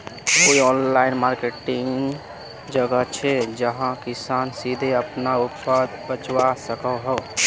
कोई online market जगह छे जहाँ किसान सीधे अपना उत्पाद बचवा सको हो?